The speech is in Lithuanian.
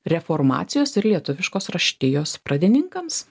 reformacijos ir lietuviškos raštijos pradininkams